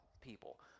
people